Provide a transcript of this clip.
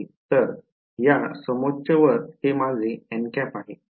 तर या समोच्चर वर हे माझे आहे